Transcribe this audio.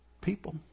people